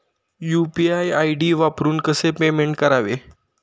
UPI ID वापरून कसे payment करावे?